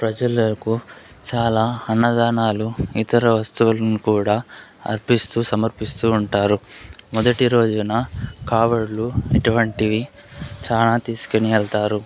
ప్రజలకు చాలా అన్నదానాలు ఇతర వస్తువులను కూడా అర్పిస్తూ సమర్పిస్తూ ఉంటారు మొదటి రోజున కావడులు ఇటువంటివి చాలా తీసుకుని వెళ్తారు